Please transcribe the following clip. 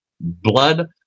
blood